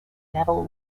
neville